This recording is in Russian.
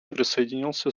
присоединился